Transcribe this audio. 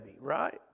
right